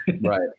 Right